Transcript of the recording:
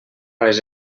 les